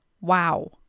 wow